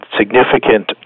significant